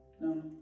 No